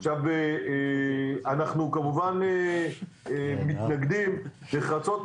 אנחנו כמובן מתנגדים נחרצות,